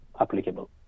applicable